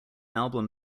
album